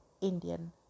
Indian